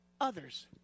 others